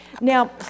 Now